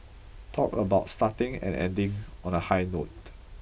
talk about starting and ending on a high note